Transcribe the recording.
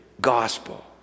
gospel